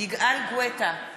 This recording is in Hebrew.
יגאל גואטה,